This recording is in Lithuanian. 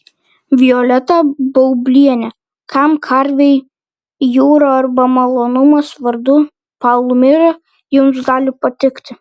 violeta baublienė kam karvei jūra arba malonumas vardu palmira jums gali patikti